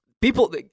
People